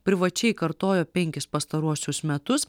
privačiai kartojo penkis pastaruosius metus